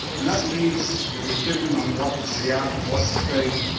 and that leaves the decision on what to react, what to say,